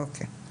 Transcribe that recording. אוקיי.